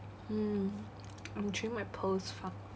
mm I'm chewing my pearls fuck